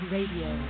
Radio